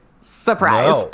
Surprise